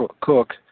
Cook